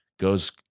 goes